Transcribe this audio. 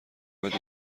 باید